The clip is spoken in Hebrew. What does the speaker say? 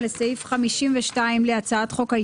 נזכור שנהרגו המון ילדים ובני נוער באותו תאריך.